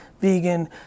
vegan